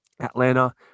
Atlanta